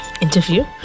interview